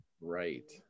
Right